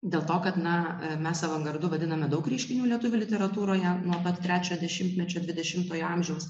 dėl to kad na mes avangardu vadiname daug reiškinių lietuvių literatūroje nuo pat trečio dešimtmečio dvidešimtojo amžiaus